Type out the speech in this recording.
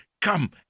come